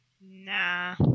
Nah